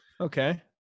Okay